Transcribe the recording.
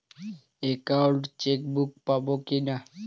Account chequebook পাবো কি না?